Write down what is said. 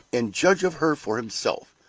and judge of her for himself,